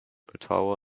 ottawa